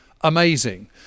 amazing